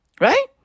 Right